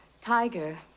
Tiger